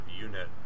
unit